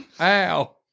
Ow